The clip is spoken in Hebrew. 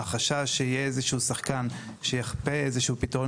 החשש שיהיה איזשהו שחקן שיכפה איזשהו פתרון